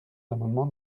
l’amendement